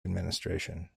administration